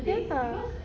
ya